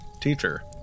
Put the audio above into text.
teacher